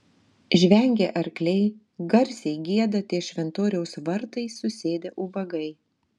žvengia arkliai garsiai gieda ties šventoriaus vartais susėdę ubagai